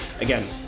Again